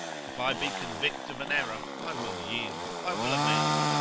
if i be convict of an error, i will yield, i will amend.